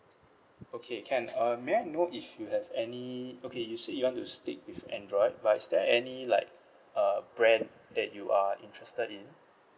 okay can uh may I know if you have any okay you say you want to stick with android but is there any like uh brand that you are interested in